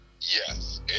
Yes